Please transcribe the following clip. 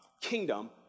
kingdom